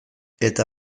eta